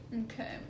Okay